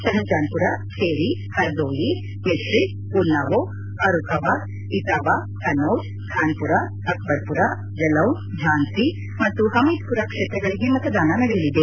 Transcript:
ಶಹಜಾನ್ಮರ ಬೇರಿ ಪರ್ದೋಯಿ ಮಿತ್ರಿಕ್ ಉನ್ನಾವೋ ಫಾರೂಖಬಾದ್ ಇತಾವಾ ಕನ್ನೊಜ್ ಖಾನ್ಪುರ ಅಕ್ಟರ್ಪುರ ಜಲೌನ್ ಝಾನ್ಸಿ ಮತ್ತು ಹಮೀದ್ಪುರ ಕ್ಷೇತ್ರಗಳಿಗೆ ಮತದಾನ ನಡೆಯಲಿದೆ